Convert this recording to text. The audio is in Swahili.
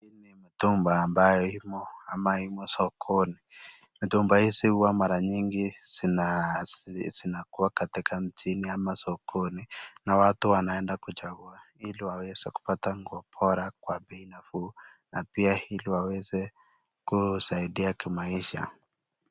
Hii ni mtumba ambayo imo sokoni, mitumab hizi huwa mara nyingi zinakuwa katika mjini ama sokoni na watu wanaenda kuchagua ili waweze kupata nguo bora kwa bei nafuu na pia ili waweze kusaidia kimaisha.